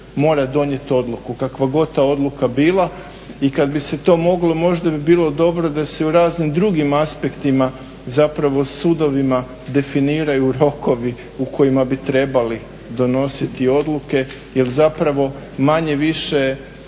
mora donijeti odluku kakva god ta odluka bila. I kada bi se to moglo, možda bi bilo dobro da se i u raznim drugim aspektima, zapravo sudovima definiraju rokovi u kojima bi trebali donositi odluke jer zapravo manje-više ta